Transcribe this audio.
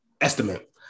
Estimate